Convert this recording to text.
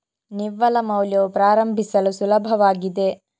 ನಿವ್ವಳ ಮೌಲ್ಯವು ಪ್ರಾರಂಭಿಸಲು ಸುಲಭವಾಗಿದೆ